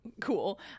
cool